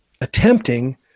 attempting